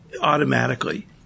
automatically